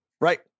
Right